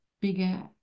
bigger